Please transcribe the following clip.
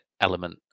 Element